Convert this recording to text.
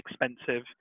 expensive